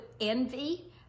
envy